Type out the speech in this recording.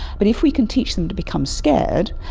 but if we can teach them to become scared,